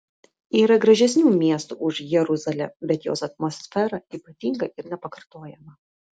yra gražesnių miestų už jeruzalę bet jos atmosfera ypatinga ir nepakartojama